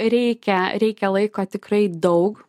reikia reikia laiko tikrai daug